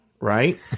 right